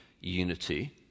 unity